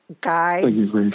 guys